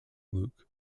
luke